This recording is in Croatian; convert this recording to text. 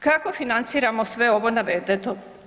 Kako financiramo sve ovo navedeno?